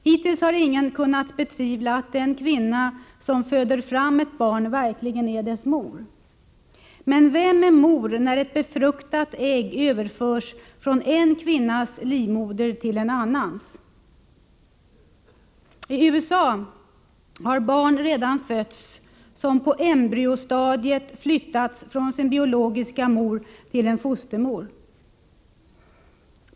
Hittills har ingen kunnat betvivla att den kvinna som föder fram ett barn verkligen är dess mor. Men vem är mor när ett befruktat ägg överförs från någon kvinnas livmoder till någon annans? I USA har redan barn fötts som på embryostadiet flyttats från sin biologiska mor till en fostermor.